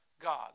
God